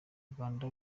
rwanda